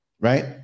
Right